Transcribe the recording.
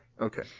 Okay